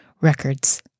Records